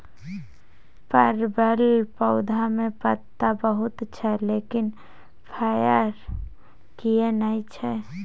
परवल पौधा में पत्ता बहुत छै लेकिन फरय किये नय छै?